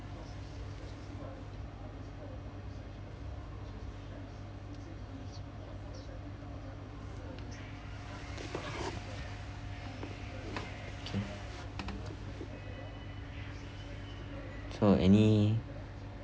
okay so any